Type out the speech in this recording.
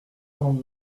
cent